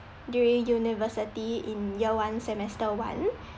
during university in year one semester one